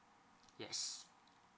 yes